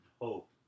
hope